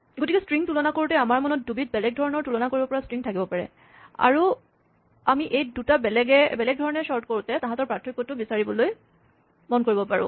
গতিকে ষ্ট্ৰিং তুলনা কৰোঁতে আমাৰ মনত দুবিধ বেলেগ ধৰণৰ তুলনা কৰিব পৰা ষ্ট্ৰিং থাকিব পাৰে আৰু আমি এই দুটা বেলেগ ধৰণে চৰ্ট কৰোঁতে তাহাঁতৰ পাৰ্থক্যটো বিচাৰিবলৈ মন কৰিব পাৰোঁ